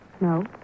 No